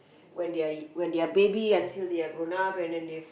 when they're when they're baby until they're grown up and then they've